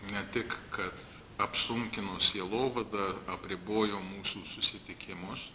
ne tik kad apsunkino sielovadą apribojo mūsų susitikimus